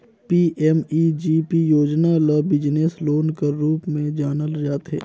PMEGP योजना ल business loan कर रूप में जानल जाथे